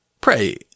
Pray